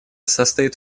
состоит